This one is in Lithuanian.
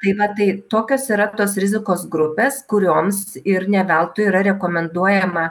tai va tai tokios yra tos rizikos grupes kurioms ir ne veltui yra rekomenduojama